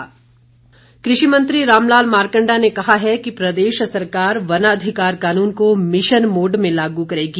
चर्चा कृषि मंत्री राम लाल मारकंडा ने कहा है कि प्रदेश सरकार वनाधिकार कानून को मिशन मोड में लागू करेगी